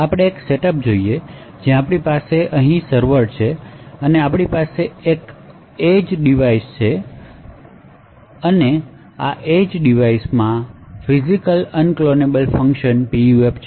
આપણે એક સેટઅપ જોઈએ જ્યાં આપણી પાસે અહીં સર્વર છે અને આપણી પાસે એક એજ ડિવાઇસ છે અને આ એજ ડિવાઇસ માં ફિજિકલઅનક્લોનેબલ ફંકશન PUF છે